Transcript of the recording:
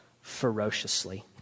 ferociously